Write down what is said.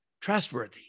trustworthy